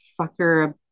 fucker